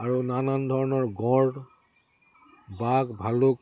আৰু নানান ধৰণৰ গঁড় বাঘ ভালুক